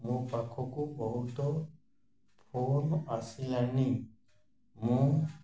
ମୋ ପାଖକୁ ବହୁତ ଫୋନ୍ ଆସିଲାଣି ମୁଁ